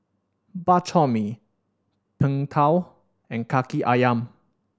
Bak Chor Mee Png Tao and Kaki Ayam